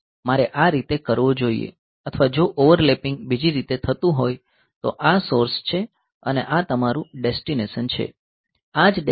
મારે આ રીતે કરવું જોઈએ અથવા જો ઓવરલેપિંગ બીજી રીતે થતું હોય તો આ સોર્સ છે અને આ તમારું ડેસ્ટિનેશન છે આ જ ડેસ્ટિનેશન છે